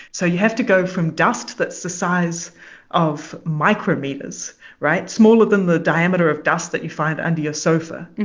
so you have to go from dust that's the size of micrometers right? smaller than the diameter of dust that you find under your sofa. and